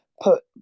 put